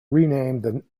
renamed